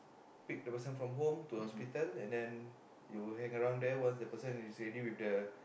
pick the person from home to hospital and then you will hang around there once the person is ready with the